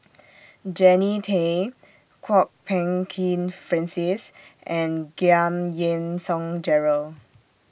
Jannie Tay Kwok Peng Kin Francis and Giam Yean Song Gerald